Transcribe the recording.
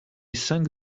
sang